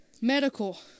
Medical